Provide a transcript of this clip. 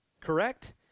correct